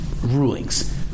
rulings